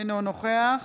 אינו נוכח